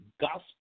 gospel